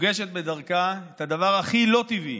פוגשת בדרכה, את הדבר הכי לא טבעי,